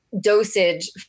dosage